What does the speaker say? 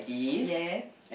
yes